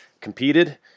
competed